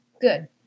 Good